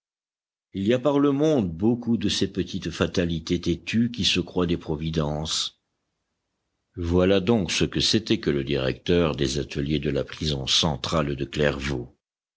il y a par le monde beaucoup de ces petites fatalités têtues qui se croient des providences voilà donc ce que c'était que le directeur des ateliers de la prison centrale de clairvaux